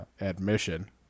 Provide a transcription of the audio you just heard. admission